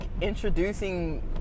introducing